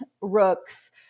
Rooks